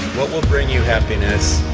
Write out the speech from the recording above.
what will bring you happiness